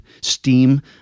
STEAM